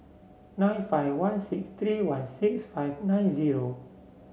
nine five one six three one six five nine zero